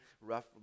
rough